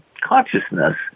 consciousness